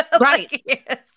Right